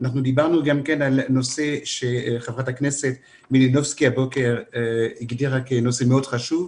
דיברנו גם כן על הנושא שח"כ מלינובסקי הגדירה הבוקר כנושא מאוד חשוב,